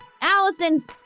Allison's